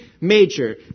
major